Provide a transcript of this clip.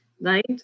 right